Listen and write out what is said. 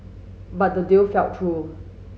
but the deal fell through